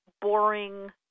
boring